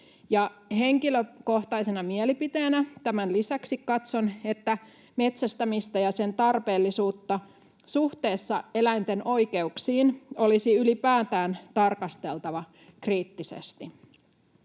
henkilökohtaisena mielipiteenä tämän lisäksi katson, että metsästämistä ja sen tarpeellisuutta suhteessa eläinten oikeuksiin olisi ylipäätään tarkasteltava kriittisesti.